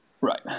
right